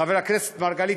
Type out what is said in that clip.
חבר הכנסת מרגלית,